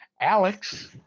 Alex